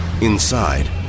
Inside